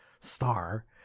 star